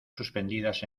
suspendidas